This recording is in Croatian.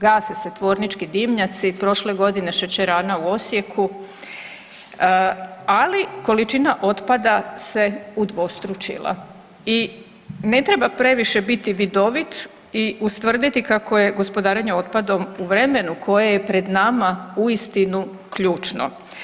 Gase se tvornički dimnjaci, prošle godine šećerana u Osijeku, ali količina otpada se udvostručila i ne treba previše biti vidovit i ustvrditi kako je gospodarenje otpadom u vremenu koje je pred nama uistinu ključno.